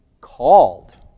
called